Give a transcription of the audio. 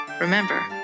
Remember